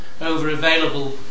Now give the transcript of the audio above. Over-available